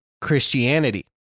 Christianity